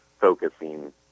focusing